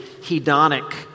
hedonic